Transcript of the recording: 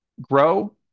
grow